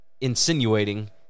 insinuating